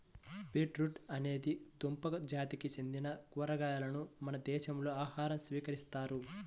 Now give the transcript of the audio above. beetroot అనేది దుంప జాతికి చెందిన కూరగాయను మన దేశంలో ఆహారంగా స్వీకరిస్తారు